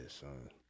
son